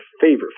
favorite